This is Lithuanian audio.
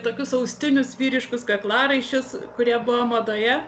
tokius austinius vyriškus kaklaraiščius kurie buvo madoje